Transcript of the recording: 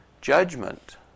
judgment